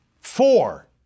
Four